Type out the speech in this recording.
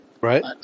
Right